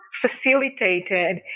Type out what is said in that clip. facilitated